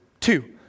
Two